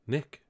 Nick